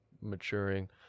maturing